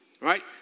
Right